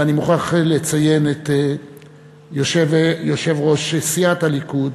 ואני מוכרח לציין את יושב-ראש סיעת הליכוד